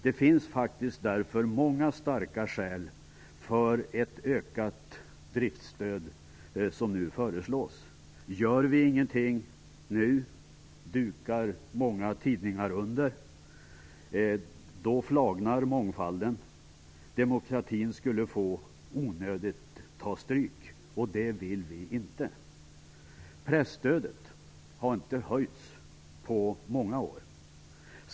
Därför finns det faktiskt många starka skäl för det ökade driftsstöd som nu föreslås. Gör vi ingenting nu dukar många tidningar under. Då flagnar mångfalden. Demokratin skulle ta stryk. Det vill vi inte. Presstödet har inte höjts på många år.